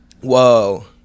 Whoa